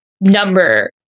number